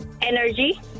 Energy